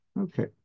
Okay